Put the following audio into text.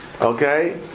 Okay